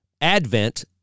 Advent